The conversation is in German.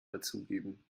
dazugeben